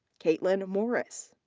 kaitlyn morris.